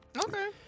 Okay